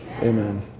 amen